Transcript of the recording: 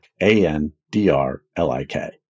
A-N-D-R-L-I-K